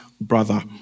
brother